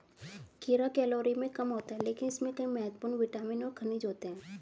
खीरा कैलोरी में कम होता है लेकिन इसमें कई महत्वपूर्ण विटामिन और खनिज होते हैं